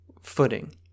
footing